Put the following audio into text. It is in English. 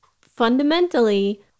fundamentally